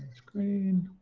screen